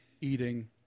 eating